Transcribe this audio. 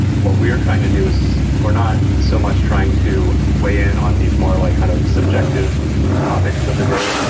what we are trying to do is we're not so much trying to weigh in on this more or like kind of subjective topics of the day.